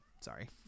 Sorry